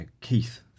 Keith